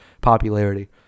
popularity